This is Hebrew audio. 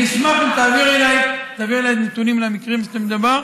אני אשמח אם תעבירי אליי נתונים על המקרים שבהם מדובר.